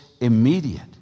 immediate